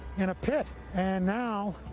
in a pit and now,